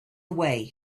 away